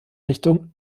richtung